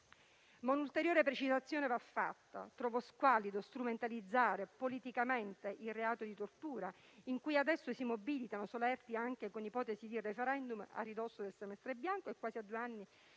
Ma un'ulteriore precisazione va fatta: trovo squallido strumentalizzare politicamente il reato di tortura, su cui adesso ci sono solerti mobilitazioni, anche con ipotesi di *referendum* a ridosso del semestre bianco e quasi a due anni dalla fine